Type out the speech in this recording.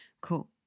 cool